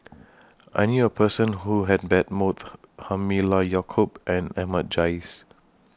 I knew A Person Who had bet Both Halimah Yacob and Ahmad Jais